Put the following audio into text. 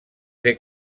ser